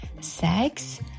sex